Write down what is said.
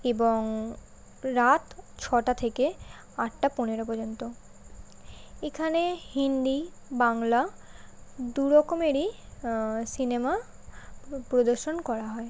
এবং রাত ছটা থেকে আটটা পনেরো পর্যন্ত এখানে হিন্দি বাংলা দুরকমেরই সিনেমা প্র প্রদর্শন করা হয়